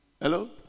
hello